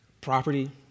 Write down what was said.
Property